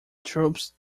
troops